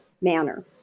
manner